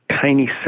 tiny